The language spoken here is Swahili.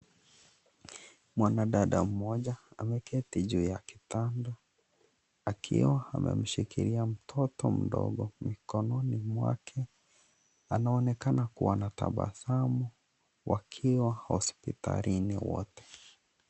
Mwanadada mmoja ameketi juu ya kitanda akiwa amemshikilia mtoto mdogo mikononi mwake, anaonekana kuwa anatabsamu wakiwa hospitalini wote.